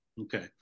Okay